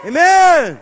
Amen